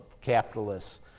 capitalists